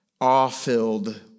awe-filled